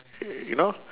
y~ you know